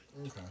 Okay